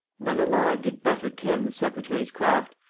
none alive did better ken the secretary's craft,